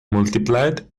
multiplied